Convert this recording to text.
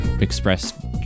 express